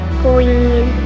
green